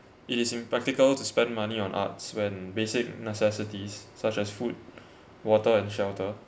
it is impractical to spend money on arts when basic necessities such as food water and shelter